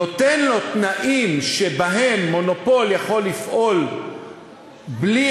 נותן לו תנאים שבהם מונופול יכול לפעול בלי